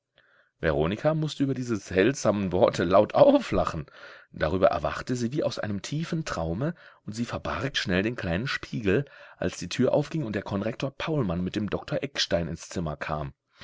veronika mußte über diese seltsamen worte laut auflachen darüber erwachte sie wie aus einem tiefen traume und sie verbarg schnell den kleinen spiegel als die tür aufging und der konrektor paulmann mit dem doktor eckstein ins zimmer kam